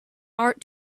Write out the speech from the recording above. art